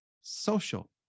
social